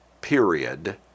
period